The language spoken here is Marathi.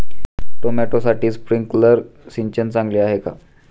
टोमॅटोसाठी स्प्रिंकलर सिंचन चांगले आहे का?